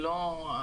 זה לא המכרזים